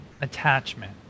attachment